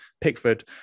Pickford